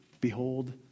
Behold